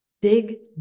Dig